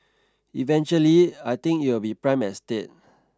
eventually I think it will be prime estate